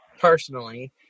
personally